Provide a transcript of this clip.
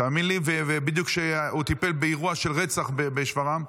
תאמין לי, בדיוק כשטיפלו באירוע של רצח בשפרעם.